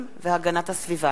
ובכן, 28 בעד,